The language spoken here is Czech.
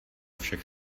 všech